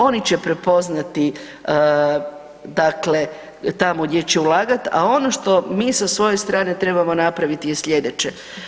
Oni će prepoznati dakle tamo gdje će ulagat a ono što mi sa svoje strane trebamo napraviti je slijedeće.